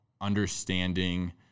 understanding